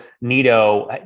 Nito